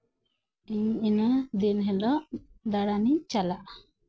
ᱤᱧ ᱤᱱᱟᱹ ᱫᱤᱱ ᱦᱤᱞᱳᱜ ᱫᱟᱬᱟᱱᱤᱧ ᱪᱟᱞᱟᱜᱼᱟ